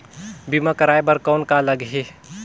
बीमा कराय बर कौन का लगही?